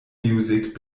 music